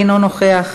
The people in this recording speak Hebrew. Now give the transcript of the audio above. אינו נוכח,